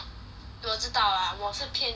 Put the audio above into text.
我知道啊我是偏甜的